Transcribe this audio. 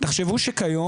תחשבו שכיום,